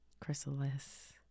chrysalis